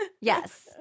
Yes